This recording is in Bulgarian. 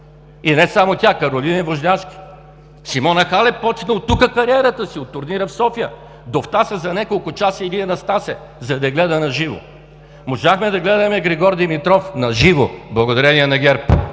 И не само тя – Каролин Вожнячки, Симона Халеб започна от тук кариерата си, от турнира в София. Довтаса за няколко часа Илие Настасе, за да гледа на живо. Можахме да гледаме Григор Димитров на живо, благодарение на ГЕРБ!